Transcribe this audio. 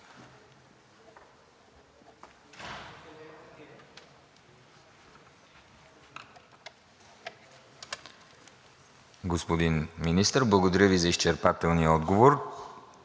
Господин Министър, благодаря Ви за изчерпателния отговор.